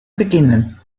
beginnen